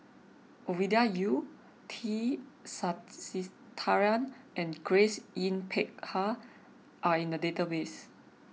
Ovidia Yu T Sasitharan and Grace Yin Peck Ha are in the database